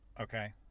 okay